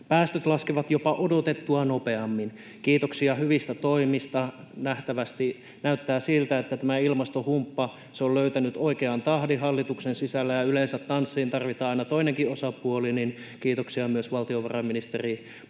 Päästöt laskivat jopa odotettua nopeammin. Kiitoksia hyvistä toimista. Näyttää siltä, että tämä ilmastohumppa on löytänyt oikean tahdin hallituksen sisällä, ja yleensä tanssiin tarvitaan aina toinenkin osapuoli, eli kiitoksia myös valtiovarainministeripuolue